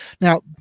Now